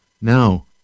Now